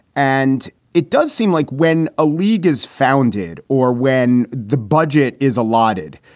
and it does seem like when a league is founded or when the budget is allotted,